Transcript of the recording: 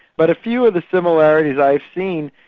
but a few of the similarities i've seen,